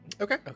Okay